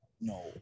No